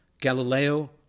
Galileo